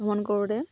ভ্ৰমণ কৰোঁতে